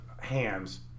hands